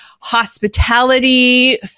hospitality